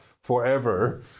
forever